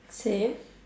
say again